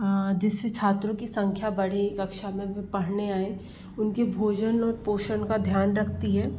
जिससे छात्रों की संख्या बढ़े कक्षा में पढ़ने आए उनके भोजन में पोषण का ध्यान रखती है